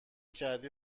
کردی